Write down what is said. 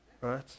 Right